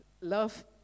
love